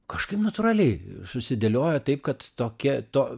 kažkaip natūraliai susidėliojo taip kad tokia to